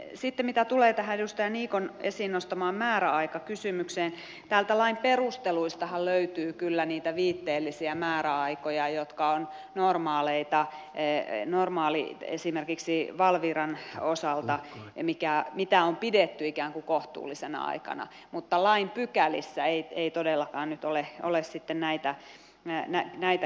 sitten mitä tulee tähän edustaja niikon esiin nostamaan määräaikakysymykseen niin täältä lain perusteluistahan löytyy kyllä niitä viitteellisiä määräaikoja jotka ovat normaaleita esimerkiksi valviran osalta ja joita on pidetty ikään kuin kohtuullisena aikana mutta lain pykälissä ei todellakaan nyt ole sitten näitä käytetty